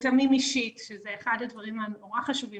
מותאמים אישית שזה אחד הדברים הנורא חשובים